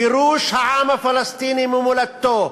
גירוש העם הפלסטיני ממולדתו,